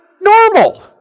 normal